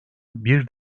bir